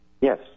Yes